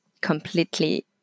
completely